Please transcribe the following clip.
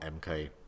MK